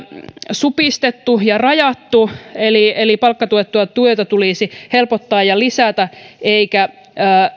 supistettu ja rajattu eli eli palkkatuettua työtä tulisi helpottaa ja lisätä eikä